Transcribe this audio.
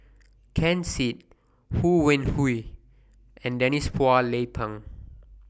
Ken Seet Ho Wan Hui and Denise Phua Lay Peng